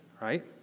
right